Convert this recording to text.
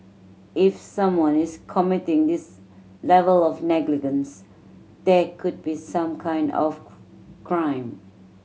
if someone is committing this level of negligence there could be some kind of crime